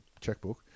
checkbook